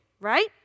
right